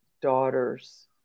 daughters